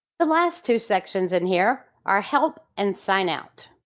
the last two sections in here are help and sign out.